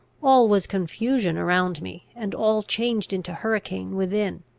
all was confusion around me, and all changed into hurricane within.